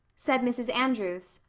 said mrs. andrews.